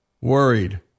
worried